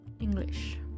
English